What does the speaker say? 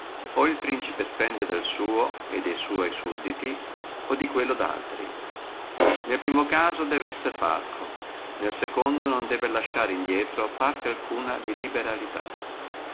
o el principe spende del suo e de sua sudditi o di quello daltri nel primo caso debbe essere parco nellaltro non debbe lasciare indrieto parte alcuna di liberalità